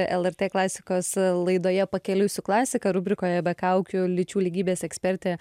lrt klasikos laidoje pakeliui su klasika rubrikoje be kaukių lyčių lygybės ekspertė